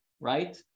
right